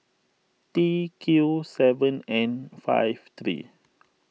T Q seven N five three